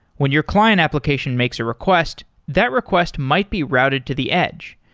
when your client application makes a request, that request might be routed to the edge.